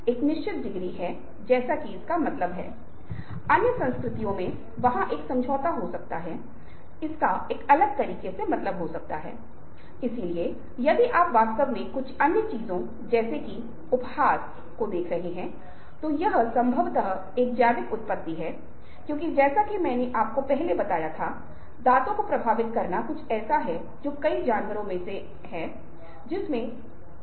Shakespeare द्वारा लिखित Julius Caesar की प्रसिद्ध पंक्तियाँ जहाँ एंटोनियो यह बताने की कोशिश कर रहा है कि हालांकि ब्रूटस ने भाषण में कुछ मिनटों की अवधि के दौरान ही ऐसा किया है वह लोगों को यह समझाने में कामयाब होता है कि ब्रूटस ने जो किया सब कुछ वास्तव में गलत है इसलिए ये अनुनय का क्लासिक मामला है